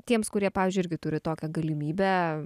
tiems kurie pavyzdžiui irgi turi tokią galimybę